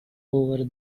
over